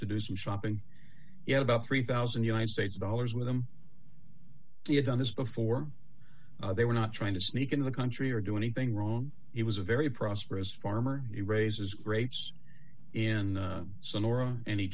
to do some shopping yet about three thousand united states dollars with him he had done this before they were not trying to sneak into the country or do anything wrong it was a very prosperous farmer he raises rates